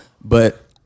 but-